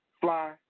fly